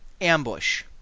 ambush